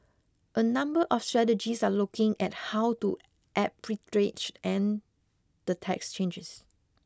a number of strategists are looking at how to arbitrage and the tax changes